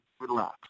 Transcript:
Relax